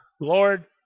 Lord